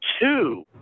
Two